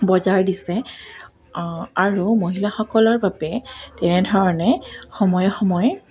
বজাৰ দিছে আৰু মহিলাসকলৰ বাবে তেনেধৰণে সময়ে সময়ে